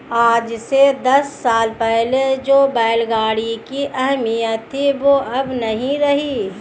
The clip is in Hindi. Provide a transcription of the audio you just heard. आज से दस साल पहले जो बैल गाड़ी की अहमियत थी वो अब नही रही